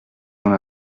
ton